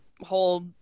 whole